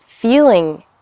feeling